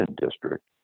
district